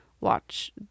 watch